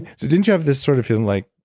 so didn't you have this sort of feeling like,